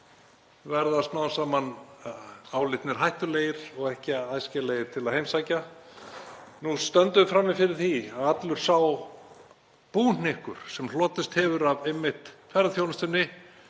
verða smám saman álitnir hættulegir og ekki æskilegir til að heimsækja. Nú stöndum við frammi fyrir því að allur sá búhnykkur sem hlotist hefur af ferðaþjónustunni